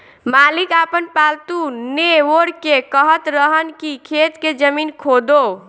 मालिक आपन पालतु नेओर के कहत रहन की खेत के जमीन खोदो